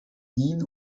ihn